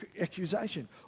accusation